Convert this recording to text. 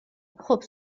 خوب